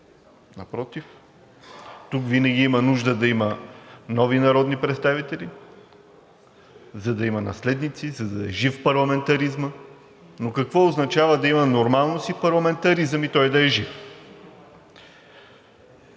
напротив, тук винаги има нужда да има нови народни представители, за да има наследници, за да е жив парламентаризмът. Но какво означава да има нормалност и парламентаризъм и той да е жив?